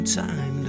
time